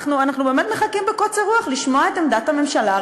אנחנו באמת מחכים בקוצר רוח לשמוע את עמדת הממשלה.